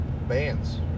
bands